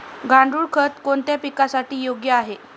गांडूळ खत कोणत्या पिकासाठी योग्य आहे?